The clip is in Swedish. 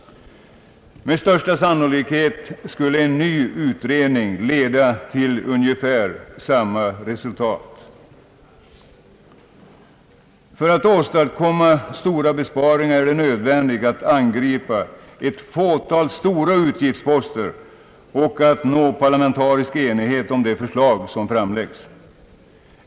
Med största sannolikhet skulle en ny utredning leda till ungefär samma resultat. För att åstadkomma stora besparingar är det nödvän digt att angripa ett fåtal stora utgiftsposter och att nå parlamentarisk enighet om de förslag som framläggs.